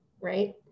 right